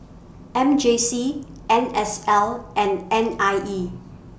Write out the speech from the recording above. M J C N S L and N I E